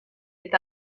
est